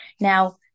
Now